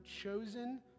chosen